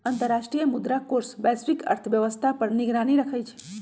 अंतर्राष्ट्रीय मुद्रा कोष वैश्विक अर्थव्यवस्था पर निगरानी रखइ छइ